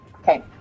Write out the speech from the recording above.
okay